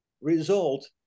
result